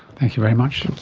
thank you very much.